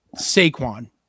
Saquon